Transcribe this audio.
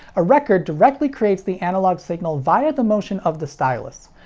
a record directly creates the analog signal via the motion of the stylus.